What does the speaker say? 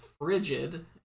frigid